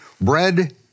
bread